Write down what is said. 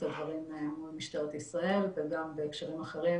הדברים מול משטרת ישראל וגם בהקשרים אחרים